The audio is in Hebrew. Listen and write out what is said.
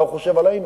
מה הוא חושב עלינו.